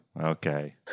Okay